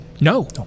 No